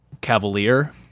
Cavalier